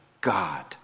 God